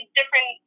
different